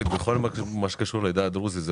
בכל מה שקשור לעדה הדרוזית,